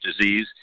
disease